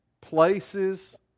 places